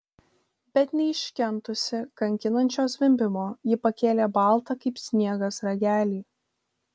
bet neiškentusi kankinančio zvimbimo ji pakėlė baltą kaip sniegas ragelį